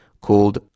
called